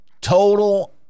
total